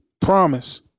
Promise